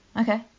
Okay